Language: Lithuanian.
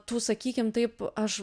tų sakykim taip aš